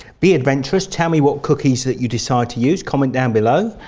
be adventurous, tell me what cookies that you decide to use, comment down below.